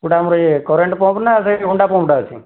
କେଉଁଟା ଆମର ଏ କରେଣ୍ଟ୍ ପମ୍ପ୍ ନା ସେ ହୁଣ୍ଡା ପମ୍ପ୍ଟା ଅଛି